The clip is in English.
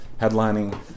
headlining